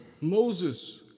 Moses